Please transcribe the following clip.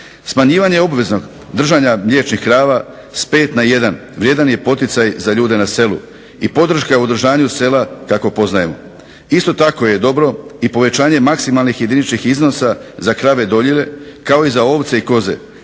Smanjivanje obveznog držanja mliječnih krava, s 5 na jedan vrijedan je poticaj za ljude na selu, i podrška u održanju sela kako poznajemo. Isto tako je dobro i povećanje maksimalnih jediničnih iznosa za krave dojilje, kao i za ovce i koze,